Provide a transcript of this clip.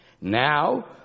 Now